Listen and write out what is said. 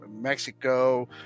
mexico